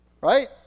Right